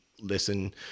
listen